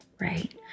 right